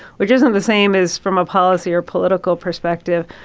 which isn't the same as from a policy or political perspective.